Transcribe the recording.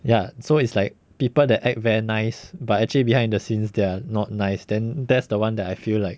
ya so it's like people that act very nice but actually behind the scenes they are not nice then that's the one that I feel like